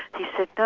he said, no